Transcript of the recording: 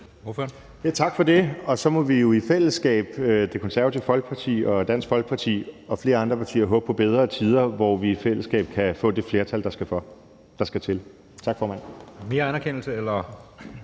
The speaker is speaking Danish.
Tak for det. Så må vi jo i fællesskab – Det Konservative Folkeparti, Dansk Folkeparti og flere andre partier – håbe på bedre tider, hvor vi i fællesskab kan få det flertal, der skal til. Tak, formand.